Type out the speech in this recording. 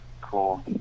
Cool